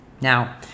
Now